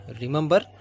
Remember